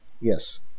Yes